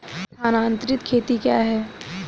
स्थानांतरित खेती क्या है?